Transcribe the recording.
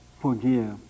forgive